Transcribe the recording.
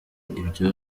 ibyo